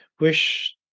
wish